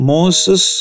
Moses